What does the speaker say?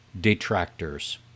detractors